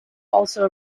also